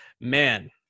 Man